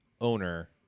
Owner